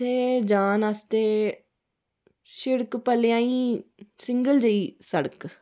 ते जान आस्तै सिड़क भलेआं गै सिंगल जेही सिड़क